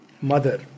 Mother